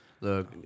Look